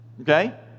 Okay